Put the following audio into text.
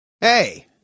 hey